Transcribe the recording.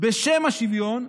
בשם השוויון,